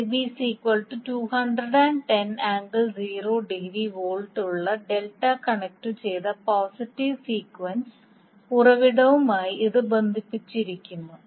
Vab 210∠0 ° V ഉള്ള delta കണക്റ്റുചെയ്ത positive sequence ഉറവിടവുമായി ഇത് ബന്ധിപ്പിച്ചിരിക്കുന്നു